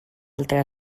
altra